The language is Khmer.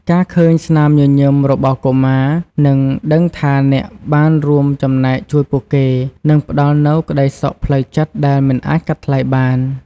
ការឃើញស្នាមញញឹមរបស់កុមារ និងដឹងថាអ្នកបានរួមចំណែកជួយពួកគេ នឹងផ្ដល់នូវក្ដីសុខផ្លូវចិត្តដែលមិនអាចកាត់ថ្លៃបាន។